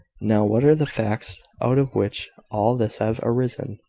now, what are the facts out of which all this has arisen?